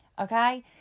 Okay